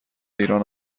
ایران